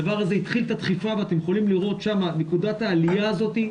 הדבר הזה התחיל את הדחיפה ואתם יכולים לראות שם את נקודת העלייה הזאת,